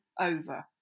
over